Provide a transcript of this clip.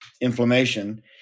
inflammation